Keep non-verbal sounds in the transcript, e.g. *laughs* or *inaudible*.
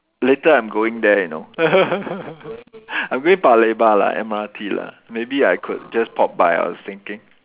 later I'm going there you know *laughs* I'm going Paya-Lebar lah M_R_T lah maybe I could just pop by I was thinking